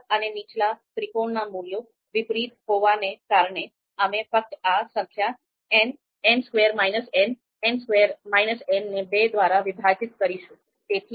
ઉપલા અને નીચલા ત્રિકોણના મૂલ્યો વિપરીત હોવાને કારણે અમે ફક્ત આ સંખ્યા ને બે દ્વારા વિભાજીત કરીશું